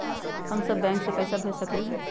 हम सब बैंक में पैसा भेज सकली ह?